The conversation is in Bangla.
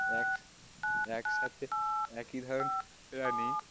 এক একসাথে একই ধরনের প্রাণী